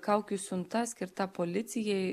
kaukių siunta skirta policijai